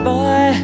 Boy